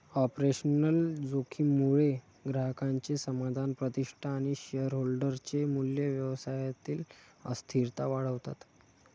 operational जोखीम मुळे ग्राहकांचे समाधान, प्रतिष्ठा आणि शेअरहोल्डर चे मूल्य, व्यवसायातील अस्थिरता वाढतात